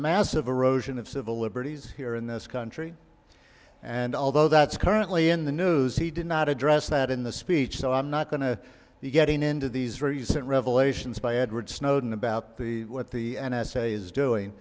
massive erosion of civil liberties here in this country and although that's currently in the news he did not address that in the speech so i'm not going to be getting into these recent revelations by edward snowden about what the n s a is doing